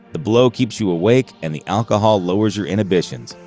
the blow keeps you awake, and the alcohol lowers your inhibitions.